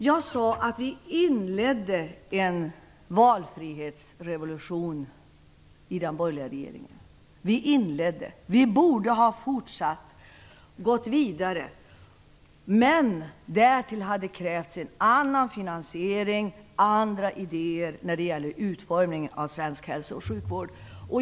Jag sade att vi inledde en valfrihetsrevolution i den borgerliga regeringen. Vi inledde, men vi borde ha fortsatt och gått vidare. Men därtill hade det krävts en annan finansiering och andra idéer när det gäller utformningen av svensk hälso och sjukvård.